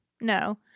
No